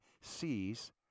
sees